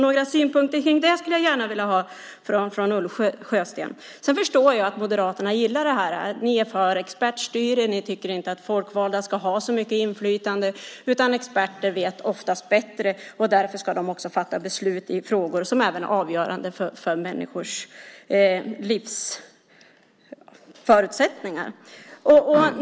Jag skulle gärna vilja ha några synpunkter på det från Ulf Sjösten. Jag förstår att Moderaterna gillar det här. Ni är för expertstyre. Ni tycker inte att folkvalda ska ha så stort inflytande, utan experter vet oftast bättre. Därför ska de också fatta beslut i frågor som även är avgörande för människors livsförutsättningar.